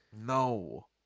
No